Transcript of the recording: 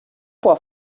può